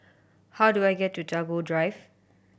how do I get to Tagore Drive